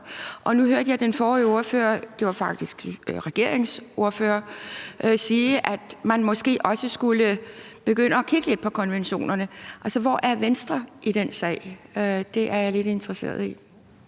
Og nu hørte jeg den forrige ordfører – det var faktisk en regeringsordfører – sige, at man måske også skulle begynde at kigge lidt på konventionerne. Altså, hvor er Venstre i den sag? Det er jeg lidt interesseret i.